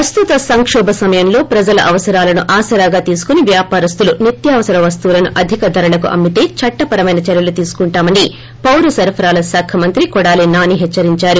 ప్రస్తుత సంక్షోభ సమయంలో ప్రజల అవసరాలను ఆసరాగా తీసుకుని వ్యాపారస్తులు నిత్యావసర వస్తువులను అధిక ధరలకు అమ్మితే చట్లపరమైన చర్యలు తీసుకుంటామని పౌరసరఫరాల శాఖ మంత్రి కొడాలి నాని హెచ్చరించారు